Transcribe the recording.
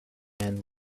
man